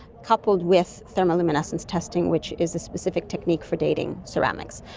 coupled with thermo luminescence testing, which is a specific technique for dating ceramics.